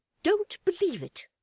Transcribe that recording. don't believe it.